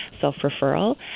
Self-referral